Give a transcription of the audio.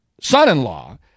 son-in-law